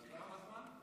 כמה זמן?